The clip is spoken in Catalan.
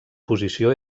posició